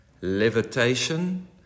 levitation